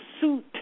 suit